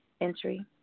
entry